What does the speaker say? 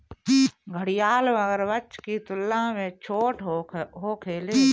घड़ियाल मगरमच्छ की तुलना में छोट होखेले